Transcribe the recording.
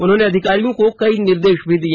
उन्होंने अधिकारियों को कई निर्देश भी दिए